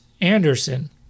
Anderson